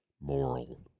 moral